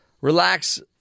Relax